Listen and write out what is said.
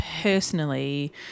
personally